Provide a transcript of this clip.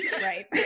Right